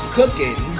cooking